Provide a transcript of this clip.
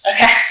Okay